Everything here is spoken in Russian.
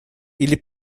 или